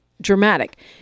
dramatic